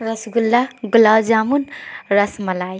رس گلہ گلاب جامن رس ملائی